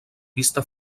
pista